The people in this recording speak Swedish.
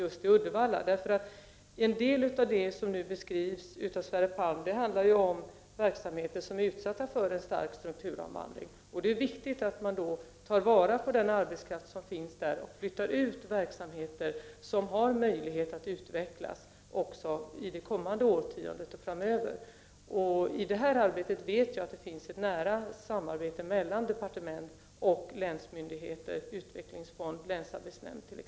En del av det som Sverre Palm nu beskriver handlar om verksamheter som är utsatta för en stark strukturomvandling, och det är då viktigt att man tar vara på den arbetskraft som finns där och flyttar ut de verksamheter som har möjlighet att utvecklas också kommande årtionde och framöver. Jag vet att det här sker ett nära samarbete mellan departement och länsmyndigheter, t.ex. med utvecklingsfonden och länsarbetsnämnden.